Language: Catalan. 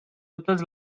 totes